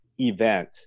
event